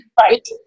right